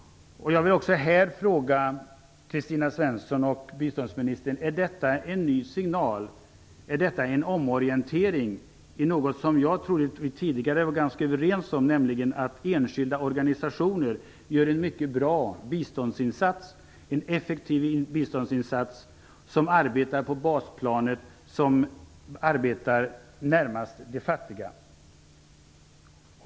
Jag vill fråga Kristina Svensson och biståndsministern om detta är en ny signal och en omorientering till något som jag tidigare trodde att vi var ganska överens om, nämligen att enskilda organisationer gör en mycket bra och effektiv biståndsinsats i deras arbete på basplanet, närmast de fattiga.